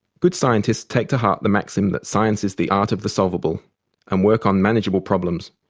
good scientists take to heart the maxim that science is the art of the solvable and work on manageable problems.